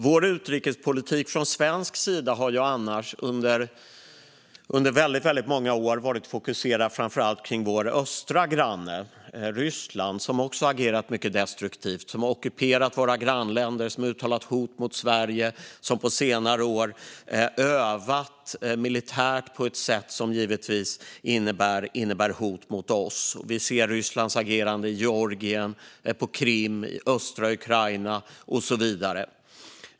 Vår utrikespolitik från svensk sida har annars under väldigt många år varit fokuserad på framför allt vår östra granne Ryssland, som också har agerat mycket destruktivt. Ryssland har ockuperat våra grannländer, uttalat hot mot Sverige och på senare år övat militärt på ett sätt som innebär ett hot mot oss. Vi ser Rysslands agerande i Georgien, på Krim, i östra Ukraina och så vidare.